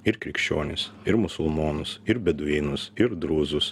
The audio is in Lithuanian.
ir krikščionis ir musulmonus ir beduinus ir drūzus